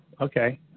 okay